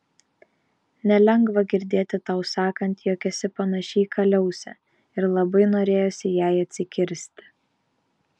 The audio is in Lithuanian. nelengva girdėti tau sakant jog esi panaši į kaliausę ir labai norėjosi jai atsikirsti